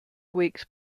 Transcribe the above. weeks